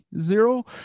zero